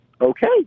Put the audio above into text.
okay